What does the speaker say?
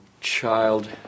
child